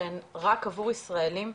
שהן רק עבור ישראלים.